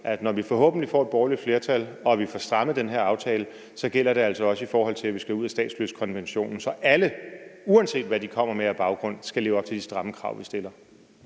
at når vi forhåbentlig får et borgerligt flertal og får strammet den her aftale, så gælder det altså også, i forhold til at vi skal ud af statsløsekonventionen, at alle, uanset hvad de kommer med af baggrund, skal leve op til de stramme krav, vi stiller.